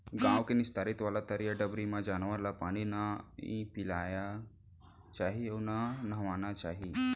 गॉँव के निस्तारी वाला तरिया डबरी म जानवर ल पानी नइ पियाना चाही अउ न नहवाना चाही